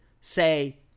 say